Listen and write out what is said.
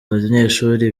banyeshuri